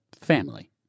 family